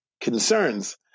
concerns